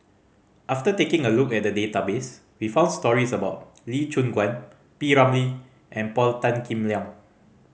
after taking a look at the database we found stories about Lee Choon Guan P Ramlee and Paul Tan Kim Liang